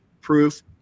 proof